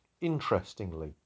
interestingly